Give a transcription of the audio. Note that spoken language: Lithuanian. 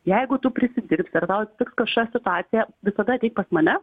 jeigu tu prisidirbsi ar tau atsitiks kažkokia situacija visada ateik pas mane